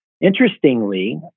Interestingly